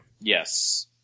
Yes